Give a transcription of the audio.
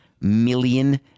million